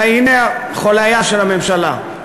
אלא הנה חולאיה של הממשלה,